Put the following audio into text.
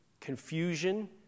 Confusion